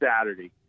Saturday